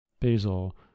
basil